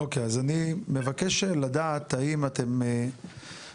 אוקיי, אז אני מבקש לדעת האם אתם משתמשים